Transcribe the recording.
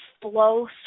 flow